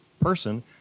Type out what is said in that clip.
person